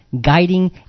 guiding